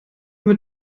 mit